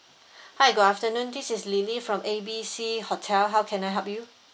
hi good afternoon this is lily from A B C hotel how can I help you